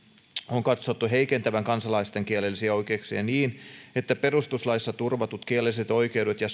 on katsottu heikentävän kansalaisten kielellisiä oikeuksia niin että perustuslaissa turvatut kielelliset oikeudet ja